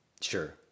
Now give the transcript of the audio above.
sure